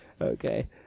Okay